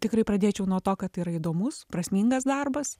tikrai pradėčiau nuo to kad tai yra įdomus prasmingas darbas